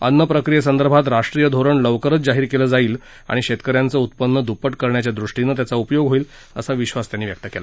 अन्नप्रक्रिये संदर्भात राष्ट्रीय धोरण लवकरच जाहीर केलं जाईल आणि शेतकऱ्यांचं उत्पन्न दुप्पट करण्याच्या दृष्टीनं त्याचा उपयोग होईल असा विश्वास त्यांनी व्यक्त केला